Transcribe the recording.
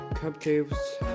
captives